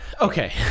Okay